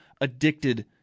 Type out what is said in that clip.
addicted